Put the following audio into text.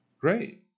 Great